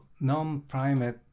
non-primate